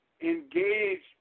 Engaged